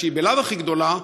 שהיא בלאו הכי גדולה,